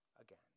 again